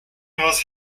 was